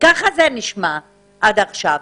ככה זה נשמע עד עכשיו.